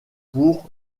pour